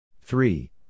Three